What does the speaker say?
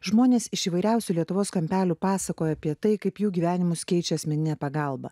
žmonės iš įvairiausių lietuvos kampelių pasakoja apie tai kaip jų gyvenimus keičia asmeninė pagalba